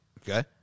okay